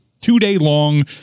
two-day-long